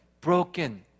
broken